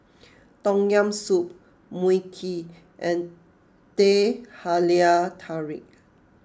Tom Yam Soup Mui Kee and Teh Halia Tarik